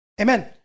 Amen